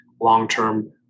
long-term